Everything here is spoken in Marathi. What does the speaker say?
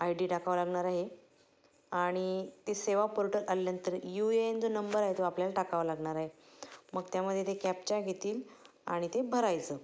आय डी टाकावं लागणार आहे आणि ते सेवा पोर्टल आल्यानंतर यू ए एन जो नंबर आहे तो आपल्याला टाकावा लागणार आहे मग त्यामध्ये ते कॅप्चा घेतील आणि ते भरायचं